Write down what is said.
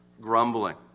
grumbling